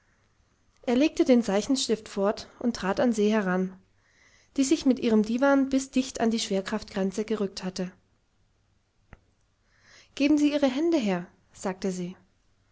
er legte den zeichenstift fort und trat an se heran die sich mit ihrem diwan bis dicht an die schwerkraftgrenze gerückt hatte geben sie ihre hände her sagte se sie